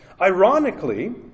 Ironically